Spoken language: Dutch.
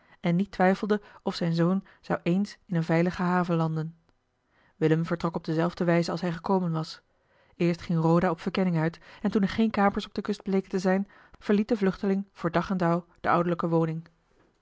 en niet twijfelde of zijn zoon zou eens in eene veilige haven landen willem vertrok op dezelfde wijze als hij gekomen was eerst ging roda op verkenning uit en toen er geen kapers op de kust bleken te zijn verliet de vluchteling voor dag en dauw de ouderlijke woning